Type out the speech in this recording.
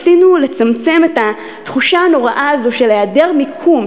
בכל פעם שניסינו לצמצם את התחושה הנוראה הזאת של היעדר מיקום,